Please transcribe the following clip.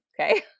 okay